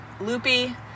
loopy